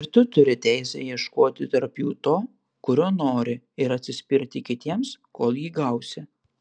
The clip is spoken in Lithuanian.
ir tu turi teisę ieškoti tarp jų to kurio nori ir atsispirti kitiems kol jį gausi